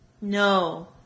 No